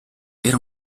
era